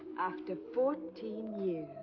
after fourteen